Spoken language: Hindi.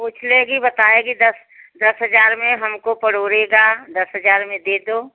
पूछ लेगी बताएगी दस दस हज़ार में हमको परवरेगा दस हज़ार में दे दो